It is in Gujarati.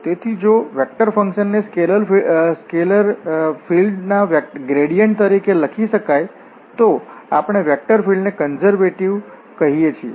તેથી જો વેક્ટર ફંક્શનને સ્કેલેર ફીલ્ડના ગ્રેડિયન્ટ તરીકે લખી શકાય તો આપણે વેક્ટર ફીલ્ડને કન્ઝર્વેટિવ કહીએ છીએ